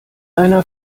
einer